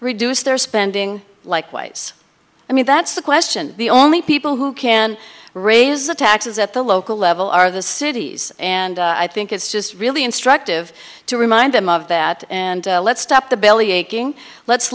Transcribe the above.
reduce their spending like ways i mean that's the question the only people who can raise the taxes at the local level are the cities and i think it's just really instructive to remind them of that and let's stop the bellyaching let's